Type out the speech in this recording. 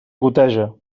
goteja